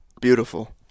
beautiful